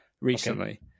recently